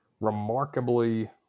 remarkably